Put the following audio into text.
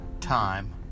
time